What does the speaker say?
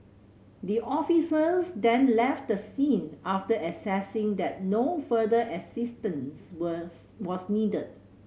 the officers then left the scene after assessing that no further assistance were was needed